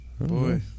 Boy